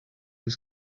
was